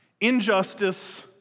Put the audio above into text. injustice